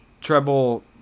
Treble